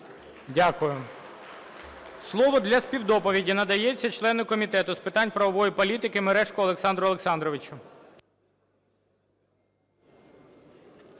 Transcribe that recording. Дякую. Слово для співдоповіді надається члену комітету з питань правової політики Мережку Олександру Олександровичу.